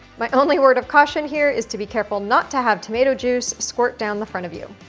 my only word of caution, here, is to be careful not to have tomato juice squirt down the front of you.